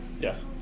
Yes